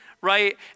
right